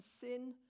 sin